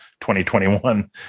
2021